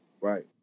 Right